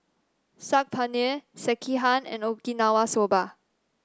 Saag Paneer Sekihan and Okinawa Soba